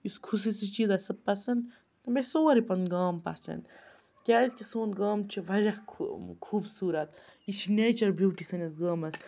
یُس خصوٗصی چیٖز آسہِ مےٚ پَسنٛد تہٕ مےٚ سورُے پَنُن گام پَسنٛد کیٛازِکہِ سون گام چھُ واریاہ خوٗبصوٗرت یہِ چھِ نیچرَل بیوٗٹی سٲنِس گامَس